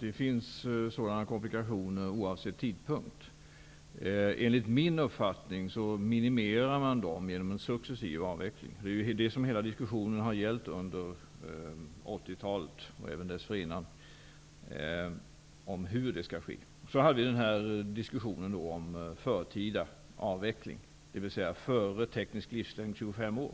det finns sådana komplikationer, oavsett tidpunkt. Enligt min uppfattning minimerar man dem genom en successiv avveckling. Det är det som hela diskussionen har gällt under 80-talet, och även dessförinnan, dvs. hur det skall ske. Vi hade också en diskussion om förtida avveckling, dvs. före den tekniska livslängden 25 år.